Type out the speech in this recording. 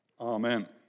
Amen